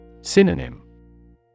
Synonym